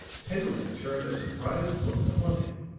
pendleton turned a surprised look upon him.